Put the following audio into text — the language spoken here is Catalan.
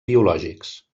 biològics